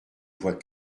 vois